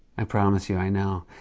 i promise you, i know.